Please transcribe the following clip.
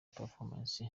performance